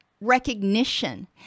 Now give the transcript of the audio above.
recognition